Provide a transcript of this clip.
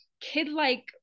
kid-like